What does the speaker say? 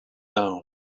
down